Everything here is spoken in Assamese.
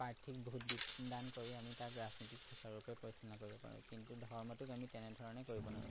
প্ৰাৰ্থীক ভোটদান কৰি আমি তাক ৰাজনীতিক সঁচাৰূপে পৰিচালনা কৰিব পাৰোঁ কিন্তু ধৰ্মটোক আমি তেনেধৰণে কৰিব নোৱাৰোঁ